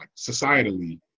societally